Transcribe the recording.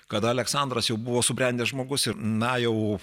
kada aleksandras jau buvo subrendęs žmogus ir na jau